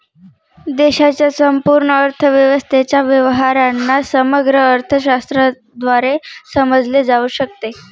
देशाच्या संपूर्ण अर्थव्यवस्थेच्या व्यवहारांना समग्र अर्थशास्त्राद्वारे समजले जाऊ शकते